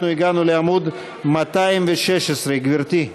אנחנו הגענו לעמוד 216. גברתי.